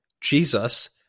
Jesus